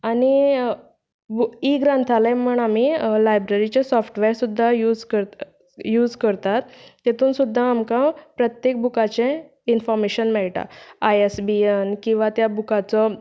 आनी इ ग्रंथालय म्हण आमी लायब्ररीचें सॉफ्टवेअर सुद्दां यूज करता यूज करतात तातूंत सुद्दां आमकां प्रत्येक बुकाचें इनफोर्मेशन मेळटा आय एस बी एन किंवा त्या बुकाचो